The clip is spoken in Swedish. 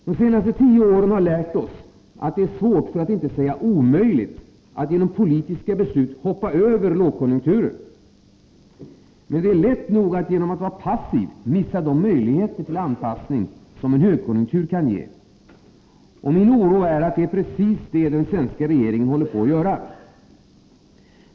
De senaste tio åren har lärt oss att det är svårt, för att inte säga omöjligt, att genom politiska beslut hoppa över lågkonjunkturer. Men det är lätt nog att genom att vara passiv missa de möjligheter till anpassning som en högkonjunktur kan ge. Och min oro är att det är precis det den svenska regeringen håller på att göra.